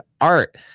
art